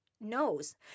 knows